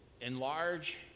enlarge